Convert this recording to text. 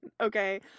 okay